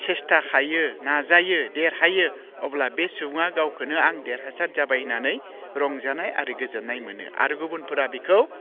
सेसथा हायो नाजायो देरहायो अब्ला बे सुबुङा गावखौनो आं देरहासार जाबाय होन्नानै रंजानाय आरो गोजोन्नाय मोनो आरो गुबुनफोरा बिखौ